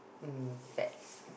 mm pets